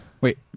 Wait